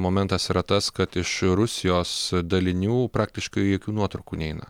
momentas yra tas kad iš rusijos dalinių praktiškai jokių nuotraukų neina